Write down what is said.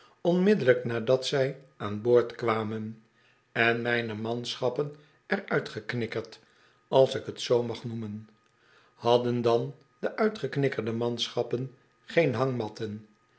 onmiddellijk nadat zij aan boord kwamen en mijne manschappen er uitgeknikkerd als ik t zoo mag noemen hadden dan de uitgeknikkerde manschappen geen hangmatten